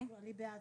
אני בעד